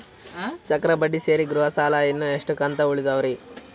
ಚಕ್ರ ಬಡ್ಡಿ ಸೇರಿ ಗೃಹ ಸಾಲ ಇನ್ನು ಎಷ್ಟ ಕಂತ ಉಳಿದಾವರಿ?